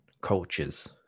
cultures